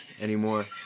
anymore